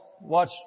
watch